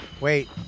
Wait